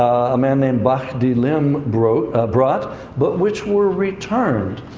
a man named but bahdi-lim brought brought but which were returned.